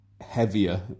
heavier